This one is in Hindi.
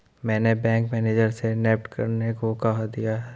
मैंने बैंक मैनेजर से नेफ्ट करने को कह दिया है